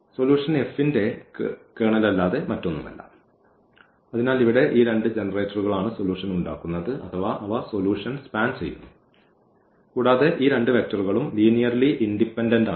solution F ന്റെ kernel അല്ലാതെ മറ്റൊന്നുമല്ല അതിനാൽ ഇവിടെ ഈ രണ്ട് ജനറേറ്ററുകളാണ് സൊല്യൂഷൻ ഉണ്ടാക്കുന്നത് അഥവാ അവ സൊല്യൂഷൻ സ്പാൻ ചെയ്യുന്നു കൂടാതെ ഈ രണ്ട് വെക്റ്ററുകളും ലീനിയർലീ ഇൻഡിപെൻഡൻസ് ആണ്